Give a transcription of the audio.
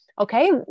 Okay